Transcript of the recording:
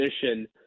position